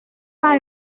pas